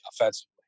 offensively